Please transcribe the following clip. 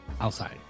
outside